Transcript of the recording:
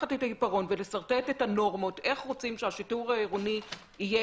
לקחת את העיפרון ולשרטט את הנורמות איך רוצים שהשיטור העירוני יהיה,